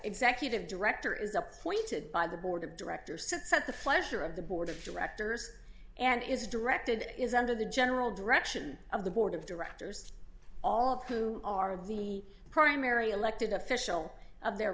executive director is appointed by the board of directors sits at the pleasure of the board of directors and is directed is under the general direction of the board of directors all of whom are the primary elected official of their